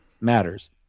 matters